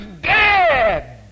dead